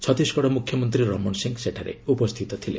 ଛତିଶଗଡ଼ ମୁଖ୍ୟମନ୍ତ୍ରୀ ରମଣ ସିଂ ସେଠାରେ ଉପସ୍ଥିତ ଥିଲେ